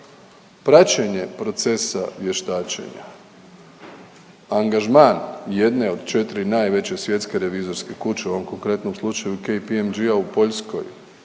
praćenje procesa vještačenja, angažman jedne od četiri najveće svjetske revizorske kuće, u ovom konkretnom slučaju KPMG u Poljskoj